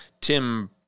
Tim